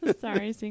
Sorry